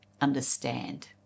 understand